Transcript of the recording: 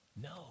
No